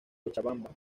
cochabamba